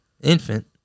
Infant